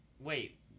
Wait